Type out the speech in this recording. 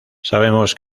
sabemos